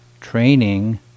training